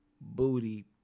booty